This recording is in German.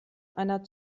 einer